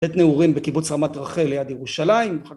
עת נעורים בקיבוץ רמת רחל ליד ירושלים